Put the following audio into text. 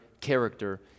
character